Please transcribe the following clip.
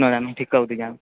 नाम stick jam